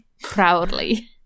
proudly